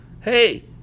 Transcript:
hey